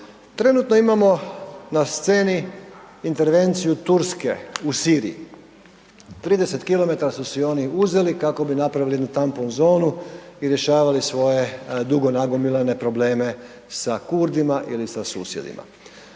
Trenutno imamo na sceni intervenciju Turske u Siriji. 30km su si oni uzeli kako bi napravili jednu tampon zonu i rješavali svoje dugo nagomilane probleme sa Kurdima ili sa susjedima.